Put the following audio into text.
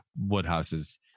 Woodhouses